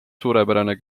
suurepärane